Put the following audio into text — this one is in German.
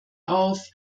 auf